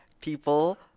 people